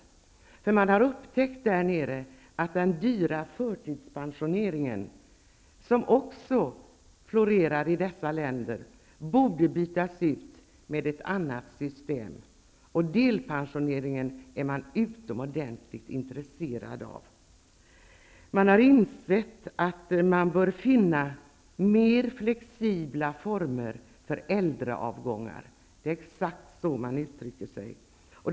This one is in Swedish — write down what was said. Mina kolleger har upptäckt att den dyra förtidspensioneringen, som också florerar i dessa länder, borde bytas ut mot ett annat system, och man är utomordentligt intresserad av delpensioneringsmodellen. Man har insett att mer flexibla former för äldreavgångar bör finnas. Det är exakt så man uttrycker sig.